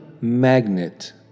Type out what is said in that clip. magnet